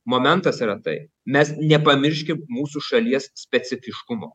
momentas yra tai mes nepamirškim mūsų šalies specifiškumo